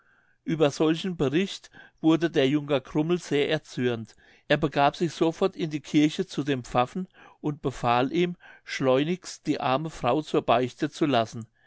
ueber solchen bericht wurde der junker krummel sehr erzürnt er begab sich sofort in die kirche zu dem pfaffen und befahl ihm schleunigst die arme frau zur beichte zu lassen